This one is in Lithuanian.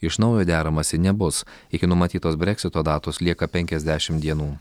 iš naujo deramasi nebus iki numatytos breksito datos lieka penkiasdešim dienų